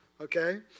okay